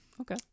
Okay